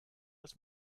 das